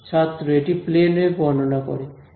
ছাত্র এটি plane wave বর্ণনা করে